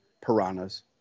piranhas